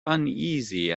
uneasy